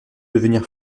devenir